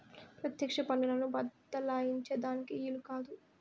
పెత్యెక్ష పన్నులను బద్దలాయించే దానికి ఈలు కాదు